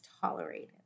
tolerated